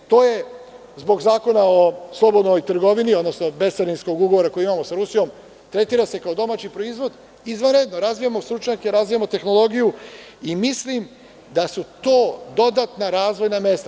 Zbog Zakona o slobodnoj trgovini, odnosno bescarinskog ugovora koji imamo sa Rusijom, tretira se kao domaći proizvod, to je izvanredno, razvijamo stručnjake, razvijamo tehnologiju i mislim da su to dodatna razvojna mesta.